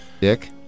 Dick